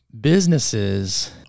businesses